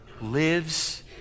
lives